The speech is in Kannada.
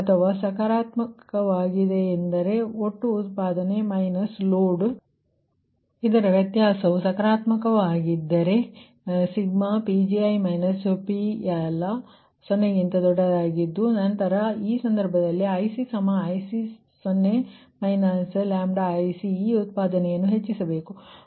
ಅಥವಾ ಸಕಾರಾತ್ಮಕವಾಗಿದ್ದರೆ ಅಂದರೆ ಒಟ್ಟು ಉತ್ಪಾದನೆ ಮೈನಸ್ ಲೋಡ್ ಇದರ ವ್ಯತ್ಯಾಸವು ಸಕಾರಾತ್ಮಕವಾಗಿದ್ದರೆ i1mPgi PL0ಆಗಿದ್ದು ನಂತರ ಈ ಸಂದರ್ಭದಲ್ಲಿ ICIC0 IC ಈ ಉತ್ಪಾದನೆಯನ್ನು ಹೆಚ್ಚಿಸಬೇಕು